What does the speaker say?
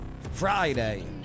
Friday